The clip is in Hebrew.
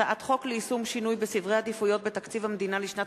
הצעת חוק ליישום שינוי בסדרי עדיפויות בתקציב המדינה לשנת